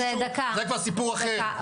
זה כבר סיפור אחר,